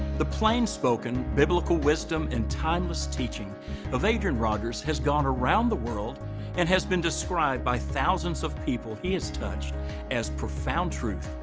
the plain-spoken, biblical wisdom and timeless teaching of adrian rogers has gone around the world and has been described by thousands of people he has touched as profound truth,